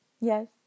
Yes